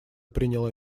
приняло